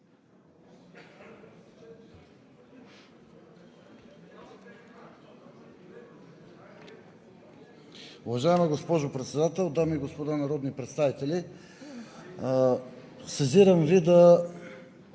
Уважаема госпожо Председател, дами и господа народни представители! Сезирам Ви,